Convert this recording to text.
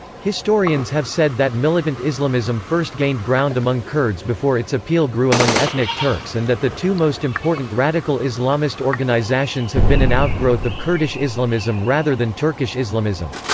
historians have said that militant islamism first gained ground among kurds before its appeal grew among ethnic turks and that the two most important radical islamist organizsations have been an outgrowth of kurdish islamism rather than turkish turkish islamism.